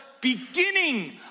beginning